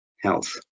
health